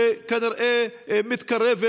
שכנראה מתקרבת,